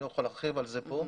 אני לא יכול להרחיב על זה כאן.